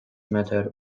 matter